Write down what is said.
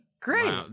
Great